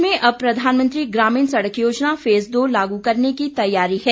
प्रदेश में अब प्रधानमंत्री ग्रामीण सड़क योजना फेज दो लागू करने की तैयारी है